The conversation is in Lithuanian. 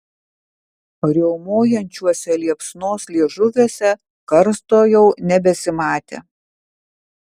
riaumojančiuose liepsnos liežuviuose karsto jau nebesimatė